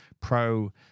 Pro